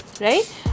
right